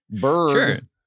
Bird